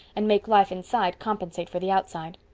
and make life inside compensate for the outside.